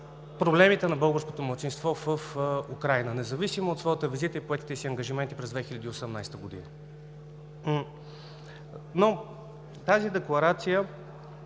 проблемите на българското малцинство в Украйна независимо от своята визита и поетите ангажимента през 2018 г., но тази декларация